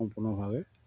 সম্পূৰ্ণভাৱে